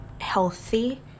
healthy